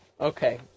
okay